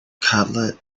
cutlet